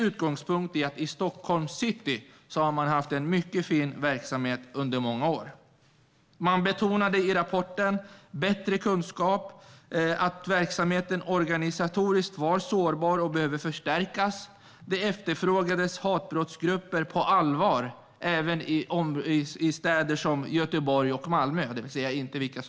Utgångspunkten var att Stockholms City har haft en mycket fin verksamhet under många år. I rapporten betonades vikten av bättre kunskap men också att verksamheten organisatoriskt sett var sårbar och behövde förstärkas. Hatbrottsgrupper efterfrågades på allvar, även i Göteborg och Malmö.